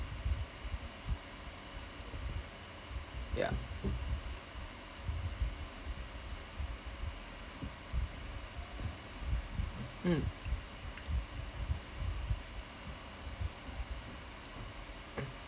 yeah mm